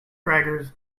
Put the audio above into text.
braggers